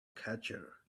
catcher